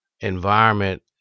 environment